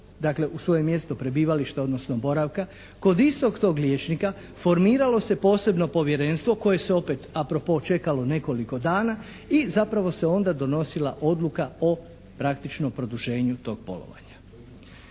dakle u svoje mjesto prebivališta odnosno boravka kod istog tog liječnika formiralo se posebno povjerenstvo koje se opet a pro po čekalo nekoliko dana i zapravo se onda donosila odluka o praktično produženju tog bolovanja.